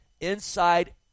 inside